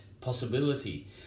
possibility